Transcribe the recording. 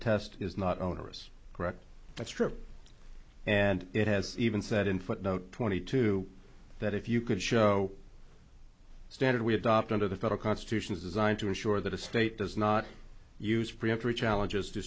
test is not onerous correct that's true and it has even said in footnote twenty two that if you could show standard we adopt under the federal constitution is designed to assure that a state does not use preemptory challenges to